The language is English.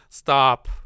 stop